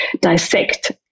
dissect